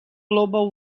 global